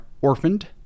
orphaned